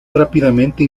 rápidamente